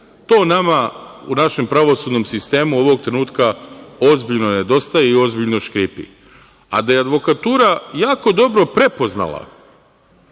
nama u našem pravosudnom sistemu ovog trenutka ozbiljno nedostaje i ozbiljno škripi, a da je advokatura jako dobro prepoznala